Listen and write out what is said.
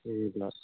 ए हवस्